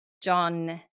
John